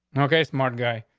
no. okay, smart guy.